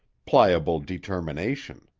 pliable determination.